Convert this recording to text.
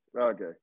Okay